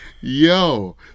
yo